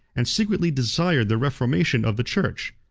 and secretly desired the reformation of the church.